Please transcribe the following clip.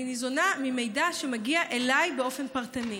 אני ניזונה ממידע שמגיע אליי באופן פרטני.